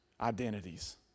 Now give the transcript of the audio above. identities